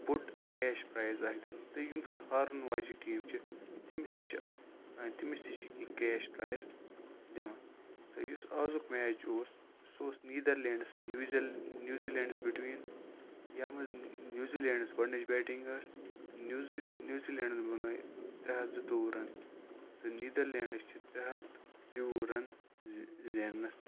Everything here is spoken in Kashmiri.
بوٚڑ کیش پرایِز اَکھ دِنہٕ تہٕ یُس ہارَن واجٮ۪ن ٹِیٖم چھِ تٔمِس تہِ چھِ ٲں تٔمِس تہِ چھِ کینٛہہ کیش پرایِز دِوان تہٕ یُس آزُک مِیچ اُوس سُہ اُوس نِیدَرلینٛڈَس نِیٚوزِ نِیٚوزِلینٛڈس بِٹویٖن یَتھ منٛز نِیٚوزِلینٛڈَس گُۄڈٕنِچ بیٹِنٛگ ٲس تہٕ نِیٚوزِ نِیٚوزِلینٛڈَن بنٲے تَرٛےٚ ہَتھ زٕ تُووُہ رَنہٕ تہٕ نیدَرلینٛڈَس چھِ ترٛےٚ ہَتھ تروُہ رَنہٕ زِینَس